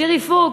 שירי פוקס,